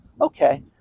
okay